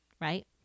right